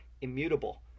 immutable